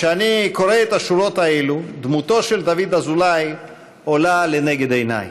כשאני קורא את השורות האלה דמותו של דוד אזולאי עולה לנגד עיניי.